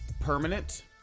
permanent